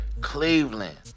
Cleveland